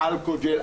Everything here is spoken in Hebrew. האלכוג'ל,